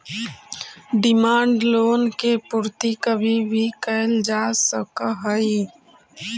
demand loan के पूर्ति कभी भी कैल जा सकऽ हई